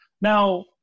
Now